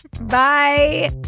Bye